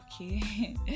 okay